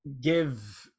give